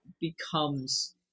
becomes